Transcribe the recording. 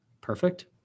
Perfect